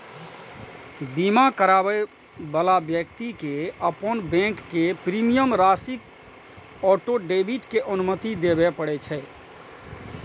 बीमा कराबै बला व्यक्ति कें अपन बैंक कें प्रीमियम राशिक ऑटो डेबिट के अनुमति देबय पड़ै छै